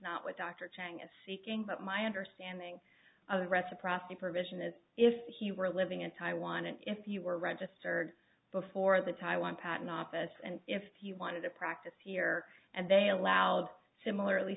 not what dr chang is seeking but my understanding of the reciprocity provision is if he were living in taiwan and if you were registered before the taiwan patent office and if he wanted to practice here and they allowed similarly